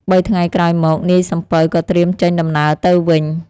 បីថ្ងៃក្រោយមក នាយសំពៅក៏ត្រៀមចេញដំណើរទៅវិញ។